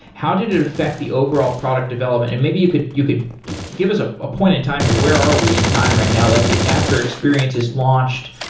how did it affect the overall product development, and maybe you could you could give us a ah point in time here, where are we in time right now? like after experience is launched,